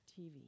TV